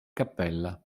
cappella